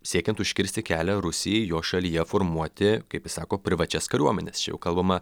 siekiant užkirsti kelią rusijai jo šalyje formuoti kaip jis sako privačias kariuomenes juk kalbama